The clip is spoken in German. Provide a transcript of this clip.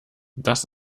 das